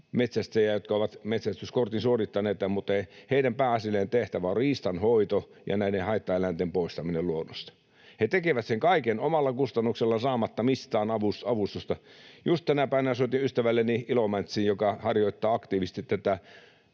metsästäjää, jotka ovat metsästyskortin suorittaneita mutta joiden pääasiallinen tehtävä on riistanhoito ja näiden haittaeläinten poistaminen luonnosta. He tekevät sen kaiken omalla kustannuksellaan saamatta mistään avustusta. Just tänä päivänä soitin Ilomantsiin ystävälleni, joka harjoittaa aktiivisesti tätä